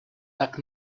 так